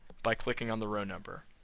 by clicking on the row number